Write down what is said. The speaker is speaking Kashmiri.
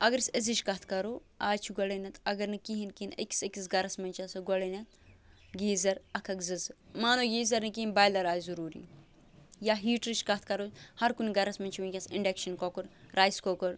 اَگر أسۍ أزِچ کَتھ کَرو اَز چھِ گۄڈٕنیتھ اگر نہٕ کِہیٖنۍ کِہیٖنۍ أکِس أکِس گَرَس منٛز چھِ آسان گۄڈٕنیتھ گیٖزَر اَکھ اَکھ زٕ زٕ مانو گیٖزر نہٕ کِہیٖنۍ بایلَر آسہِ ضروٗری یا ہیٖٹرٕچ کَتھ کَرو ہر کُنہِ گَرَس منٛز چھُ وُنکیٚس اِنڈَیٚکشَن کُکَر رایِس کُکَر